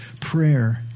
prayer